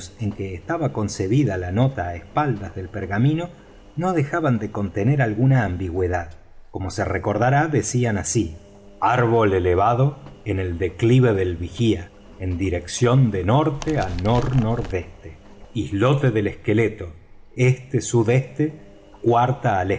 en que estaba concebida la nota á espaldas del pergamino no dejaban de contener alguna ambigüedad como se recordará decían así árbol elevado en el declive del vigía en dirección de norte á nor nordeste islote del esqueleto este sudeste cuarta